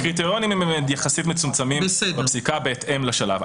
הקריטריונים הם יחסית מצומצמים בפסיקה בהתאם לשלב.